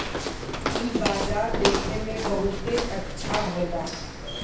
इ बाजार देखे में बहुते अच्छा होला